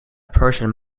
person